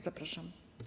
Zapraszam.